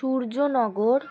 Suryanagar